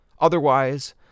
Otherwise